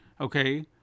okay